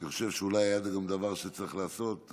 אני חושב שאולי היה גם דבר שצריך לעשות,